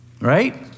right